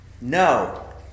No